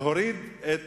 להוריד את